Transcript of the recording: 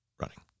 running